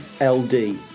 LD